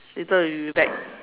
later we will be back